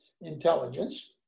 intelligence